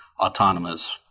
autonomous